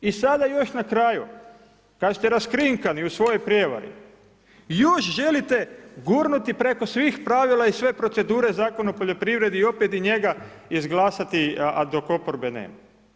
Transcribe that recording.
I sada još na kraju, kad ste raskrinkani u svojoj prijevari, još želite gurnuti preko svih pravila i sve procedure Zakona o poljoprivredi, i opet i njega izglasati, a dok oporbe nema.